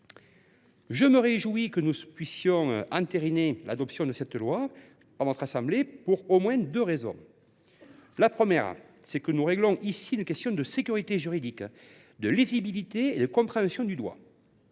Je me réjouis que nous puissions entériner l’adoption de cette proposition de loi pour au moins deux raisons. La première, c’est que nous réglons ici une question de sécurité juridique, de lisibilité et de compréhension du droit.